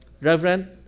Reverend